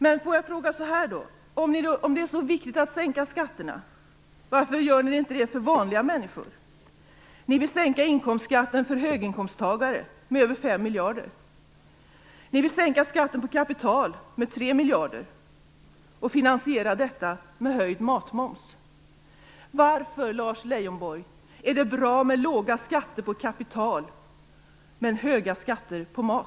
Men låt mig då fråga så här: Om det är så viktigt att sänka skatterna, varför gör ni inte det för vanliga människor? Ni vill sänka inkomstskatten för höginkomsttagare med över 5 miljarder, och ni vill sänka skatten på kapital med 3 miljarder. Detta vill ni finansiera med höjd matmoms. Varför, Lars Leijonborg, är det bra med låga skatter på kapital men höga skatter på mat?